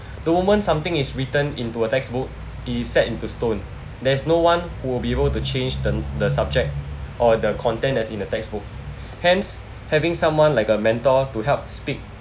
the moment something is written into a textbook it is set into stone there is no one who will be able to change than the subject or the content as in a textbook hence having someone like a mentor to help speak